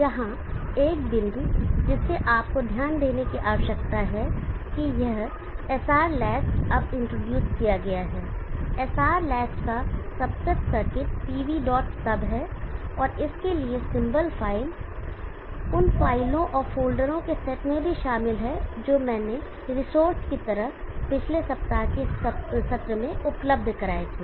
यहां एक बिंदु जिसे आपको ध्यान देने की आवश्यकता है कि यह SR लैच अब इंट्रोड्यूस किया गया है SR लैच का सबसेट सर्किट pvsub है और इसके लिए सिंबल फ़ाइल उन फ़ाइलों और फ़ोल्डरों के सेट में भी शामिल है जो मैंने रिसोर्स की तरह पिछले सप्ताह के सत्र में उपलब्ध कराए थे